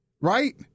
right